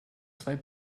zwei